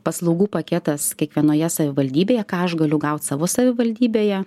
paslaugų paketas kiekvienoje savivaldybėje ką aš galiu gaut savo savivaldybėje